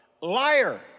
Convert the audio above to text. liar